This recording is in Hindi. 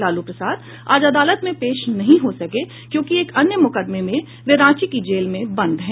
लालू प्रसाद आज अदालत में पेश नहीं हो सके क्योंकि एक अन्य मुकदमे में वह रांची की जेल में बंद हैं